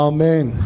Amen